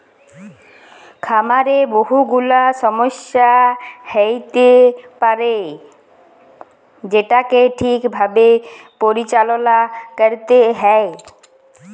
খামারে বহু গুলা ছমস্যা হ্য়য়তে পারে যেটাকে ঠিক ভাবে পরিচাললা ক্যরতে হ্যয়